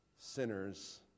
sinners